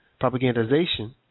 propagandization